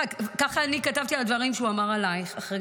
ככה אני כתבתי על הדברים שהוא אמר עלייך אחרי